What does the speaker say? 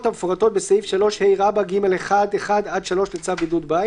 המפורטות בסעיף 3ה(ג1)(1) עד (3) לצו בידוד בית.